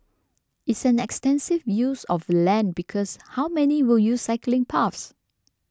it's an extensive use of land because how many will use cycling paths